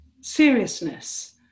seriousness